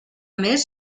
més